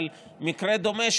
אבל מקרה דומה,